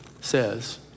says